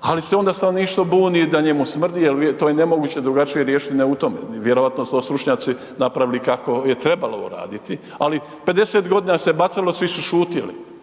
ali se onda stanovništvo buni da njemu smrdi jer to je nemoguće drugačije riješiti .../Govornik se ne razumije./... u tome, vjerovatno su to stručnjaci napravili kao je trebalo uraditi ali, 50 g. se bacalo, svi su šutjeli.